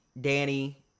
Danny